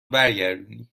برگردونی